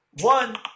one